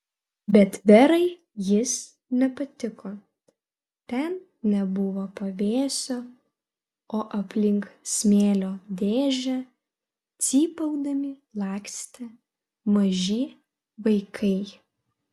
bet verai jis nepatiko ten nebuvo pavėsio o aplink smėlio dėžę cypaudami lakstė maži vaikai